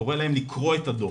וקורא להם לקרוא את הדוח,